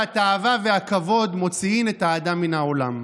התאווה והכבוד מוציאין את האדם מן העולם.